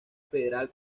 federal